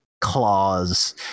claws